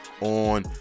on